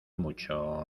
mucho